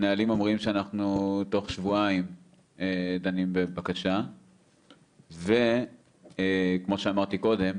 הנהלים אומרים שאנחנו תוך שבועיים דנים בבקשה וכמו שאמרתי קודם,